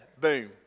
Boom